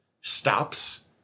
stops